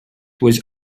was